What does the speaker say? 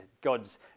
God's